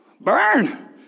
Burn